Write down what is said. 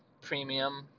premium